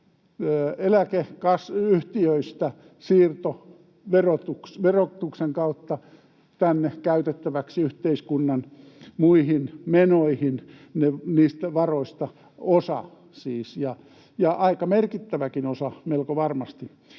eläkeyhtiöistä verotuksen kautta käytettäväksi tänne yhteiskunnan muihin menoihin, siis osa niistä varoista ja aika merkittäväkin osa melko varmasti.